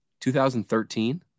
2013